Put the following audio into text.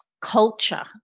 culture